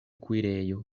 kuirejo